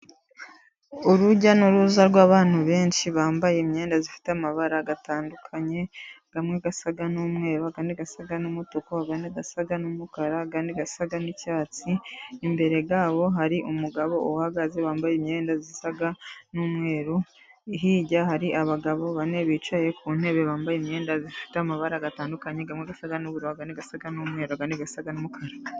Urujya n'uruza rw'abantu benshi bambaye imyenda ifite amabara atandukanye, amwe asa n'umweru ayandi asa n'umutuku, ayandi asa n'umukara ayandi asa n'icyatsi. Imbere yabo hari umugabo uhagaze wambaye imyenda isa n'umweru, hirya hari abagabo bane bicaye ku ntebe bambaye imyenda ifite amabara atandukanye, amwe asa n'ubururu ayandi asa n'umweru ayandi asa n'umukara.